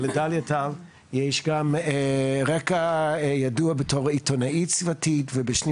לדליה טל יש גם רגע ידוע בתור עיתונאית סביבתית ובשנים